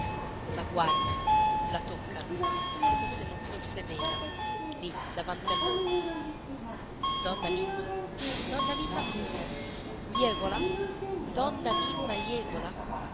la guardano la toccano come se non fosse vera lì davanti a loro donna mimma donna mimma come jèvola donna mimma jèvola